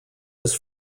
his